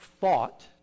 thought